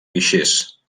guixers